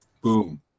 Boom